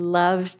love